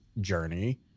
journey